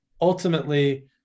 ultimately